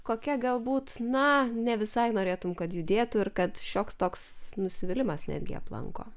kokia galbūt na ne visai norėtum kad judėtų ir kad šioks toks nusivylimas netgi aplanko